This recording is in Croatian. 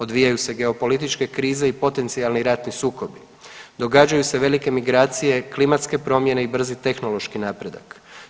Odvijaju se geopolitičke krize i potencijalni ratni sukobi, događaju se velike migracije, klimatske promjene i brzi tehnološki napredak.